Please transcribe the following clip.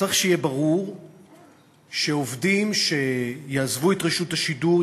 צריך שיהיה ברור שעובדים שיעזבו את רשות השידור,